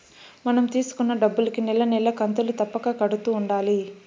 మనం తీసుకున్న డబ్బులుకి నెల నెలా కంతులు తప్పక కడుతూ ఉండాలి